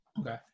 Okay